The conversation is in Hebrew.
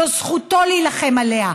זו זכותו להילחם עליה.